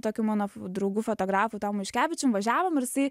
tokiu mano draugu fotografu tomu juškevičiumi važiavom ir jisai